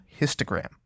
histogram